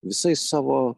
visais savo